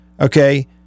Okay